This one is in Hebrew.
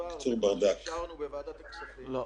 פער בין מה שאישרנו בוועדת הכספים -- לא.